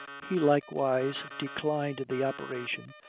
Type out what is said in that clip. he likewise declined the operation,